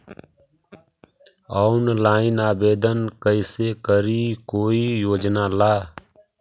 Online आवेदन कैसे करी कोई योजना ला?